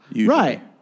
right